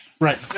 Right